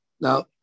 Now